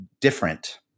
different